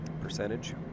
percentage